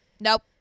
Nope